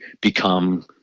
become